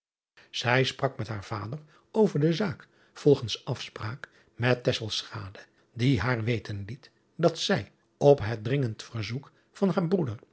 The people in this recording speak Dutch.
ij sprak met haar vader over de zaak volgens afspraak met die haar weten liet dat zij op het dringend verzoek van haar broeder